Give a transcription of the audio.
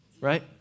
Right